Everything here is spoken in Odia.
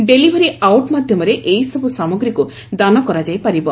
ଡେଲିଭରି ଆଉଟ୍ ମାଧ୍ୟମରେ ଏସବୁ ସାମଗ୍ରୀକୁ ଦାନ କରାଯାଇ ପାରିବ